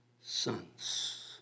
sons